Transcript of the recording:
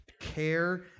care